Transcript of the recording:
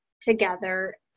together